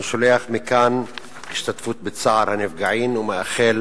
אני שולח מכאן השתתפות בצער הנפגעים ומאחל